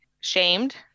shamed